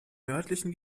nördlichen